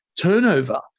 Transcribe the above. turnover